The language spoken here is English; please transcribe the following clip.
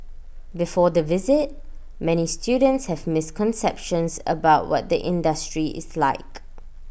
before the visit many students have misconceptions about what the industry is like